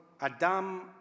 Adam